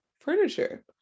furniture